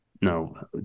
No